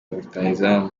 rutahizamu